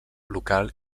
local